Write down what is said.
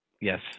Yes